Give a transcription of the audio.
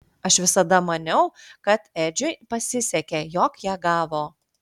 aš visada maniau kad edžiui pasisekė jog ją gavo